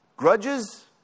Grudges